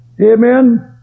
amen